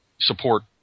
support